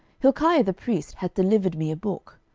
hilkiah the priest hath delivered me a book.